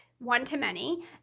one-to-many